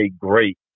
great